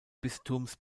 bistums